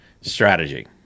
strategy